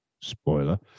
spoiler